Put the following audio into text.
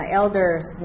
elders